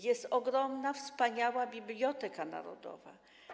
Jest ogromna, wspaniała Biblioteka Narodowa.